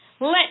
Let